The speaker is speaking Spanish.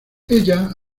ella